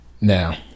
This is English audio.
Now